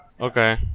Okay